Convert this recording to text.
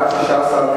בעד, 16,